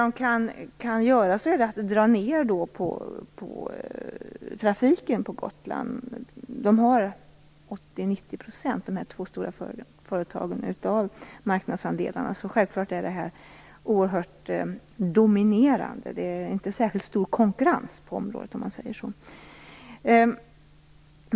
Det man kan göra är att dra ned på trafiken på Gotland. De två stora företagen har 80-90 % av marknadsandelarna. Så självklart är de oerhört dominerande. Det finns inte särskilt stor konkurrens på området.